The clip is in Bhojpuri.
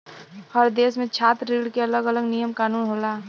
हर देस में छात्र ऋण के अलग अलग नियम कानून होला